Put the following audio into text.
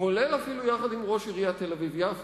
כולל אפילו יחד עם ראש עיריית תל-אביב יפו,